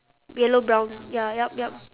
yellow brown ya yup yup